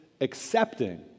accepting